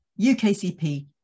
UKCP